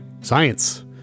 science